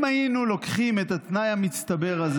אם היינו לוקחים את התנאי המצטבר הזה